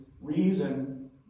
reason